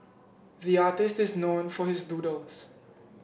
the artist is known for his doodles